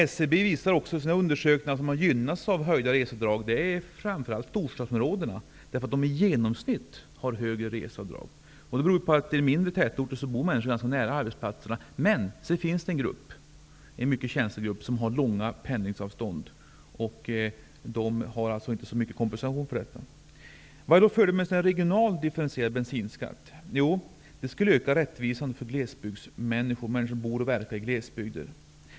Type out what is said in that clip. SCB visar också i sina undersökningar att de som gynnas av höjda reseavdrag är framför allt människor i storstadsområdena, därför att de i genomsnitt har högre reseavdrag. Det beror på att människor i mindre tätorter bor nära arbetsplatserna. Men det finns en mycket känslig grupp som har långa pendlingsavstånd och som inte får så mycket kompensation för detta. Vad är då fördelen med en regionalt differentierad bensinskatt? Jo, den skulle öka rättvisan för människor som bor och verkar i glesbygder.